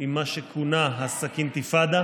עם מה שכונה ה"סכינתיפאדה".